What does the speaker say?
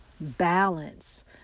balance